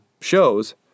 shows